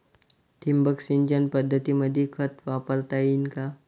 ठिबक सिंचन पद्धतीमंदी खत वापरता येईन का?